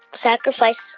sacrifice